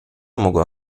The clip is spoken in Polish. mogła